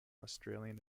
australian